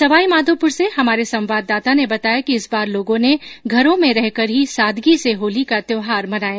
सवाईमाघोपुर से हमारे संवाददाता ने बताया कि इस बार लोगों ने घरों में रहकर ही सादगी से होली का त्योहार मनाया